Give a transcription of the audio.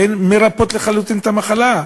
שמרפאות לחלוטין מהמחלה.